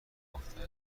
نگفته